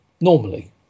normally